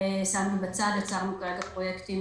שמנו בצד ועצרנו כרגע פרויקטים